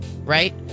right